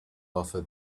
offer